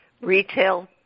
retail